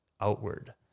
outward